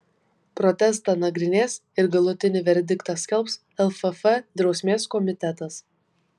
protestą nagrinės ir galutinį verdiktą skelbs lff drausmės komitetas